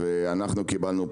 ואנחנו קיבלנו פטור,